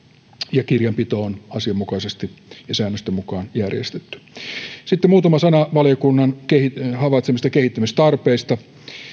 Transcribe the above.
ja kirjanpito on asianmukaisesti ja säännösten mukaan järjestetty sitten muutama sana valiokunnan havaitsemista kehittämistarpeista